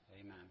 Amen